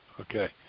Okay